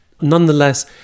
Nonetheless